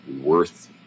worth